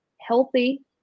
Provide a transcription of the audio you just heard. healthy